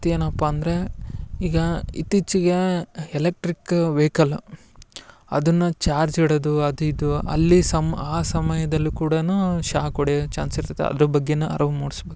ಮತ್ತೇನಪ್ಪ ಅಂದರೆ ಈಗ ಇತ್ತೀಚಿಗೆ ಎಲೆಕ್ಟ್ರಿಕ್ ವೈಕಲ್ ಅದನ್ನು ಚಾರ್ಜ್ ಇಡೋದು ಅದು ಇದು ಅಲ್ಲಿ ಸಮ್ ಆ ಸಮಯದಲ್ಲೂ ಕೂಡ ಶಾಕ್ ಹೊಡಿಯೋ ಚಾನ್ಸ್ ಇರ್ತೈತೆ ಅದ್ರ ಬಗ್ಗೆಯೂ ಅರಿವು ಮೂಡಿಸ್ಬೇಕು